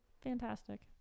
Fantastic